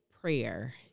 prayer